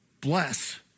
Bless